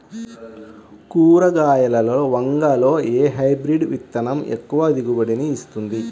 కూరగాయలలో వంగలో ఏ హైబ్రిడ్ విత్తనం ఎక్కువ దిగుబడిని ఇస్తుంది?